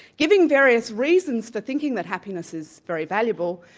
giving various reasons for thinking that happiness is very valuable,